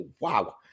wow